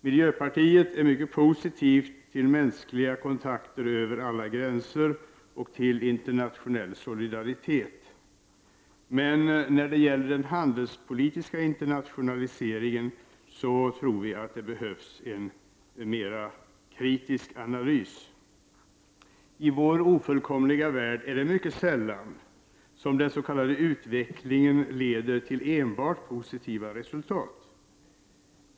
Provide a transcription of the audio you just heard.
Miljöpartiet är mycket positivt till mänskliga kontakter över alla gränser och till internationell solidaritet, men den handelspolitiska internationaliseringen behöver analyseras mera kritiskt. I vår ofullkomliga värld är det mycket sällan som den s.k. utvecklingen leder till enbart positiva resultat.